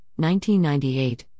1998